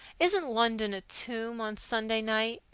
isn't london a tomb on sunday night?